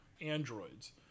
androids